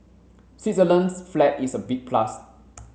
Switzerland's flag is a big plus